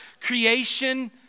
creation